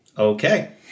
Okay